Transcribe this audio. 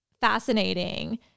fascinating